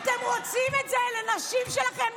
אתם רוצים את זה לנשים שלכם,